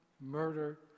murder